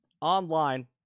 Online